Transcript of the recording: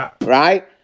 Right